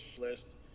list